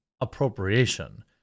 appropriation